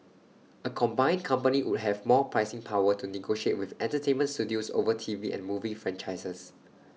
A combined company would have more pricing power to negotiate with entertainment studios over T V and movie franchises